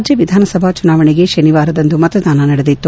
ರಾಜ್ನ ವಿಧಾನಸಭಾ ಚುನಾವಣೆಗೆ ಶನಿವಾರದಂದು ಮತದಾನ ನಡೆದಿತ್ತು